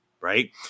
right